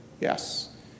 Yes